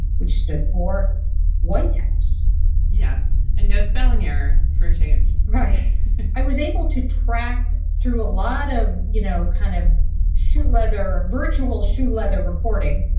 which stood for white house yes and no spelling error for a change. right i was able to track through a lot of you know kind of shoeleather, virtual shoe leather reporting.